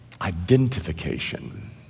identification